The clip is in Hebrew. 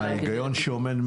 כל גוף כזה שמחליט שהוא עובר,